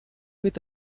with